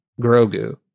Grogu